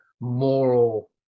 moral